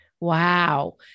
Wow